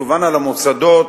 תובאנה למוסדות,